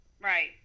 Right